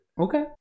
Okay